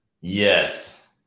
Yes